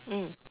mm